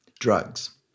drugs